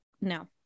No